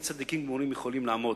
אין צדיקים גמורים יכולים לעמוד.